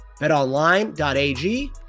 BetOnline.ag